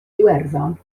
iwerddon